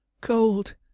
Cold